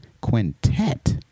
Quintet